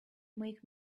make